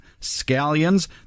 scallions